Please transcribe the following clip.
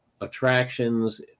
attractions